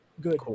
Good